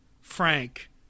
Frank